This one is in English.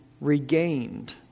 regained